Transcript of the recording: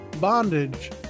Bondage